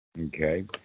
Okay